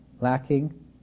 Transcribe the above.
lacking